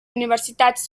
universitats